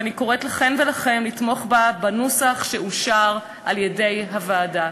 ואני קוראת לכן ולכם לתמוך בה בנוסח שאושר על-ידי הוועדה.